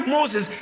Moses